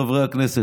חברי הכנסת,